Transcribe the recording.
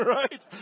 right